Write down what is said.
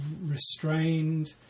restrained